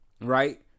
right